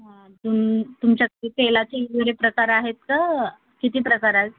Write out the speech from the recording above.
अजून तुमच्याकडे तेलाचे वगैरे प्रकार आहेत का किती प्रकार आहेत